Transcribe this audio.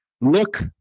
Look